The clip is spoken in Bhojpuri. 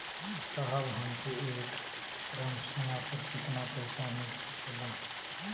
साहब हमके एक ग्रामसोना पर कितना पइसा मिल सकेला?